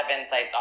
insights